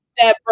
Deborah